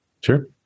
Sure